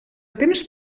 temps